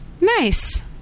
Nice